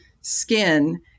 skin